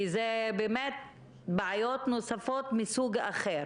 כי אלו באמת בעיות נוספות מסוג אחר.